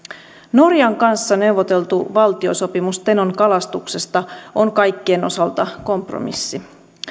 norjan kanssa neuvoteltu valtiosopimus tenon kalastuksesta on kaikkien osalta kompromissi